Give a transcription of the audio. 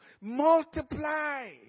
multiply